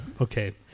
okay